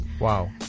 Wow